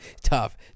tough